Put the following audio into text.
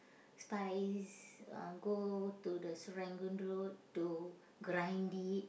spice uh go to the Serangoon-Road to grind it